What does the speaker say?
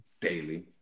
Daily